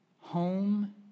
Home